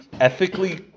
ethically